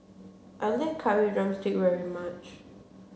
I like curry drumstick very much